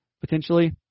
potentially